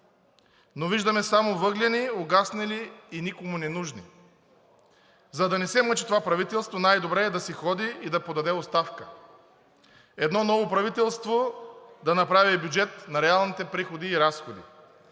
но виждаме само въглени, угаснали и никому ненужни. За да не се мъчи това правителство, най-добре е да си ходи и да подаде оставка. Едно ново правителство да направи бюджет на реалните приходи и разходи.